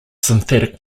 synthetic